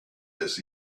this